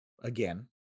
again